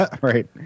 Right